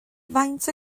faint